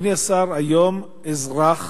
אדוני השר, היום אזרח